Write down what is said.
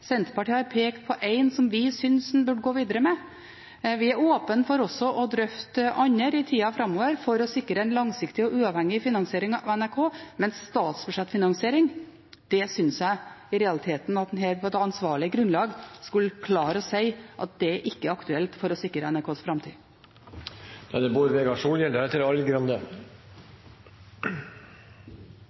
Senterpartiet har pekt på en som vi synes en burde gå videre med. Vi er åpen for også å drøfte andre i tida framover for å sikre en langsiktig og uavhengig finansiering av NRK, men statsbudsjettfinansiering synes jeg i realiteten at en her på et ansvarlig grunnlag skulle klare å si ikke er aktuelt for å sikre NRKs